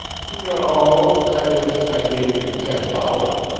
no-o that is, i gave him ten dollars,